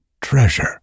treasure